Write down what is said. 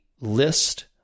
list